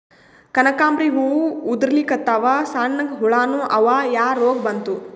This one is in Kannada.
ಕನಕಾಂಬ್ರಿ ಹೂ ಉದ್ರಲಿಕತ್ತಾವ, ಸಣ್ಣ ಹುಳಾನೂ ಅವಾ, ಯಾ ರೋಗಾ ಬಂತು?